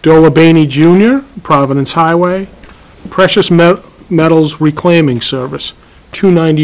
dollar baby junior providence highway precious metal metals reclaiming service to ninety